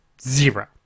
Zero